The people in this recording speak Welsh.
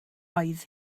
oedd